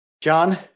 John